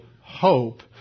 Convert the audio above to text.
hope